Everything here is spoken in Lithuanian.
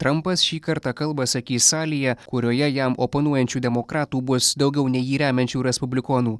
trampas šį kartą kalbą sakys salėje kurioje jam oponuojančių demokratų bus daugiau nei jį remiančių respublikonų